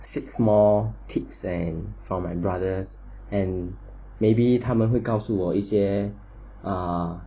seek more tips and from my brother and maybe 他们会告诉我一些 ah